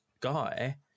guy